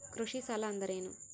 ಕೃಷಿ ಸಾಲ ಅಂದರೇನು?